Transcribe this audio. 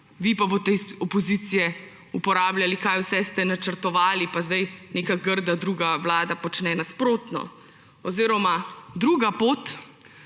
vi pa boste iz opozicije uporabljali, kaj vse ste načrtovali in zdaj neka grda druga vlada počne nasprotno. Oziroma druga pot,